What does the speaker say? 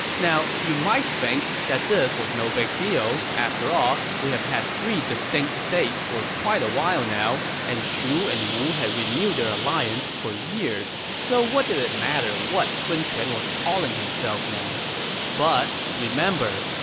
now, you might think that this was no big deal. after all, we've had three distinct states for quite a while now, and shu and wu had renewed their alliance for years, so what did it matter what sun quan was calling himself? but, remember